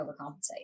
overcompensate